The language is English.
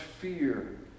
fear